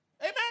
Amen